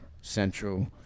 Central